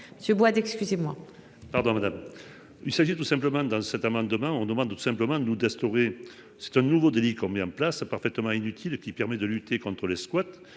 monsieur Bois-d', excusez-moi. Pardon, madame. Il s'agit tout simplement dans cet amant demain on demande tout simplement nous d'instaurer, c'est un nouveau délit qu'on met en place a parfaitement inutile qui permet de lutter contres les squats,